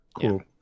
Cool